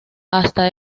hasta